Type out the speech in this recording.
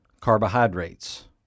carbohydrates